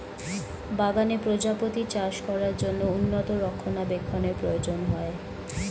বাগানে প্রজাপতি চাষ করার জন্য উন্নত রক্ষণাবেক্ষণের প্রয়োজন হয়